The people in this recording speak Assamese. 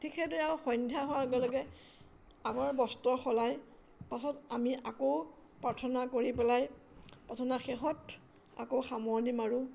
ঠিক সেইদৰে আৰু সন্ধ্যা হোৱাৰ লগে লগে আগৰ বস্ত্ৰ সলাই পাছত আমি আকৌ প্ৰাৰ্থনা কৰি পেলাই প্ৰাৰ্থনা শেষত আকৌ সামৰণি মাৰোঁ